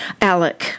Alec